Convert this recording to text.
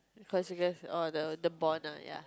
cause you guys orh the the bond ah ya